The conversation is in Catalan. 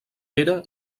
pere